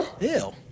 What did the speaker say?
Ew